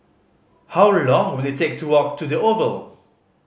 how long will it take to walk to The Oval